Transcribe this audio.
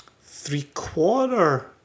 three-quarter